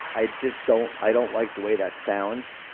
i just don't i don't like the way that sounds.